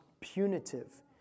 punitive